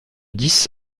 dix